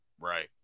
right